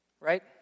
Right